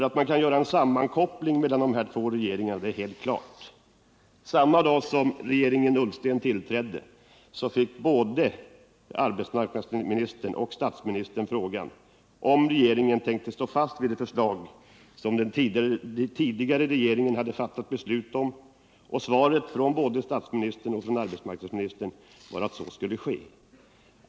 Att man kan göra en sammankoppling mellan de här två regeringarna är ju helt klart. Samma dag som regeringen Ullsten tillträdde fick både arbetsmarknadsministern och statsministern frågan om regeringen tänkte stå fast vid det förslag som den tidigare regeringen hade fattat beslut om. Och svaret från både statsministern och arbetsmarknadsministern var att så skulle ske.